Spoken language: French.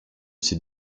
ces